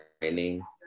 training